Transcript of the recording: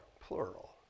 plural